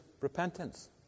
Repentance